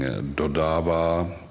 dodává